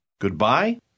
Goodbye